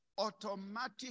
automatic